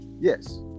yes